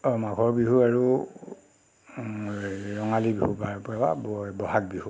অ মাঘৰ বিহু আৰু ৰঙালী বিহু ব'হাগ বিহু আৰু ব'হাগ বিহু